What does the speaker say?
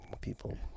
people